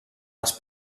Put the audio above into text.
els